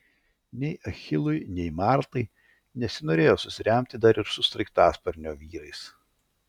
nei achilui nei martai nesinorėjo susiremti dar ir su sraigtasparnio vyrais